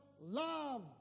love